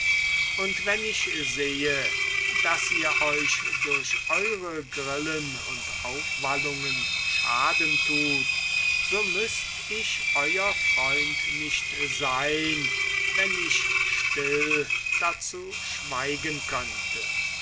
und wenn ich sehe daß ihr euch durch eure grillen und aufwallungen schaden tut so müßt ich euer freund nicht sein wenn ich stille dazu schweigen könnte